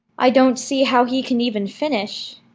i don't see how he can even finish,